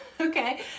okay